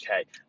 okay